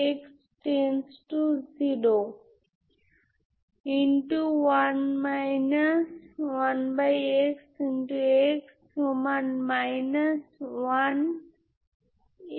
corresponding eigenfunctions যদি কোন eigenvalue থাকে